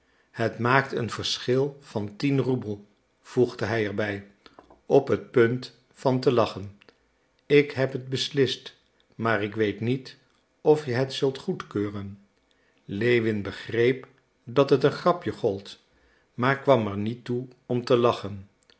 het maakt een verschil van tien roebel voegde hij er bij op het punt van te lachen ik heb het beslist maar ik weet niet of je het zult goedkeuren lewin begreep dat het een grapje gold maar kwam er niet toe om te lachen